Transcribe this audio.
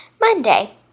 Monday